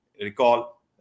recall